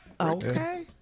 Okay